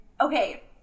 Okay